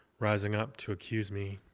rising up to accuse me.